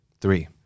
three